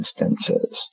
instances